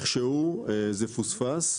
זה פוספס.